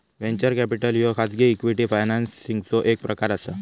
venture capital ह्यो खाजगी equity फायनान्सिंगचो एक प्रकार असा